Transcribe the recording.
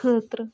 خٲطرٕ